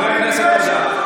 חבר הכנסת עודה,